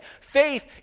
Faith